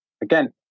Again